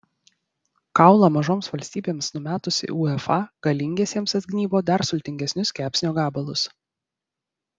kaulą mažoms valstybėms numetusi uefa galingiesiems atgnybo dar sultingesnius kepsnio gabalus